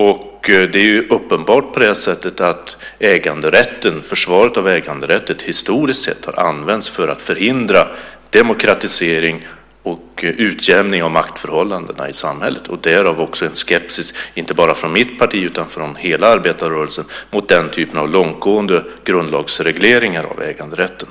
Och det är uppenbart på det sättet att försvaret av äganderätten historiskt sett har använts för att förhindra demokratisering och utjämning av maktförhållandena i samhället och därav också en skepsis inte bara från mitt parti utan från hela arbetarrörelsen mot den typen av långtgående grundlagsregleringar av äganderätten.